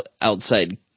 outside